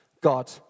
God